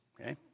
okay